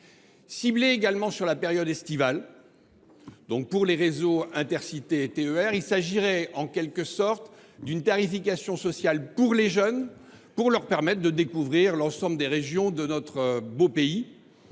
les jeunes et sur la période estivale, pour les réseaux Intercités et TER. Il s’agirait, en quelque sorte, d’une tarification sociale pour les jeunes, afin de leur permettre de découvrir l’ensemble des régions de notre beau pays,